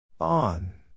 On